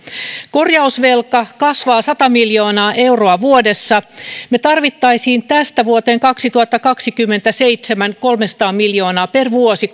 korjausvelka kasvaa sata miljoonaa euroa vuodessa me tarvitsisimme tästä vuoteen kaksituhattakaksikymmentäseitsemän korjausvelan hoitamiseksi kolmesataa miljoonaa per vuosi